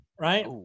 right